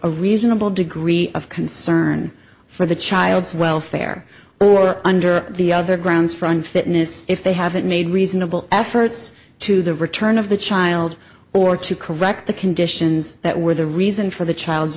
a reasonable degree of concern for the child's welfare or under the other grounds for unfitness if they haven't made reasonable efforts to the return of the child or to correct the conditions that were the reason for the child's